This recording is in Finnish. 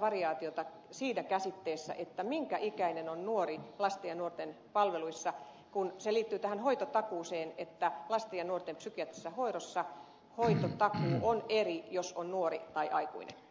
variaatioita siitä käsitteestä minkä ikäinen on nuori lasten ja nuorten palveluissa ja se liittyy hoitotakuuseen kun lasten ja nuorten psykiatrisessa hoidossa hoitotakuu on erilainen sen mukaan onko nuori vai aikuinen